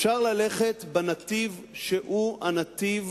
אפשר ללכת בנתיב שהוא הנתיב